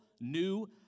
new